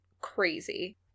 crazy